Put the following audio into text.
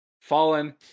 fallen